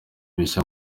bishya